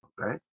okay